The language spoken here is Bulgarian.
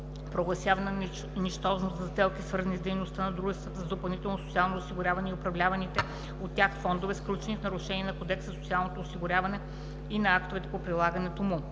прогласяване на нищожност на сделки, свързани с дейността на дружествата за допълнително социално осигуряване и управляваните от тях фондове, сключени в нарушение на Кодекса за социално осигуряване и на актовете по прилагането му;